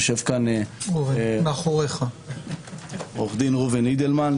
יושב פה עו"ד ראובן אידלמן,